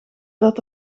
dat